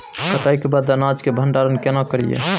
कटाई के बाद अनाज के भंडारण केना करियै?